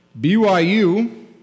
BYU